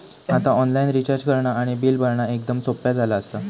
आता online recharge करणा आणि बिल भरणा एकदम सोप्या झाला आसा